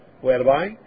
whereby